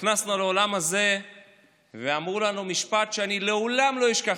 נכנסנו לאולם הזה ואמרו לנו משפט שאני לעולם לא אשכח: